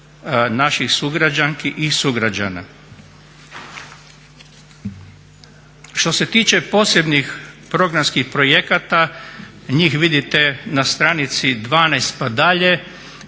naših sugrađanki i sugrađana. Što se tiče posebnih programskih projekata, njih vidite na stranici 12 pa dalje.